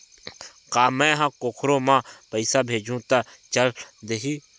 का मै ह कोखरो म पईसा भेजहु त चल देही?